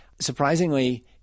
Surprisingly